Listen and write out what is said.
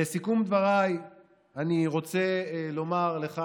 לסיכום דבריי אני רוצה לומר לך,